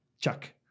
Chuck